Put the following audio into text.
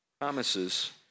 promises